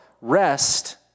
rest